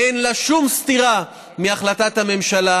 אין בה שום סתירה להחלטת הממשלה.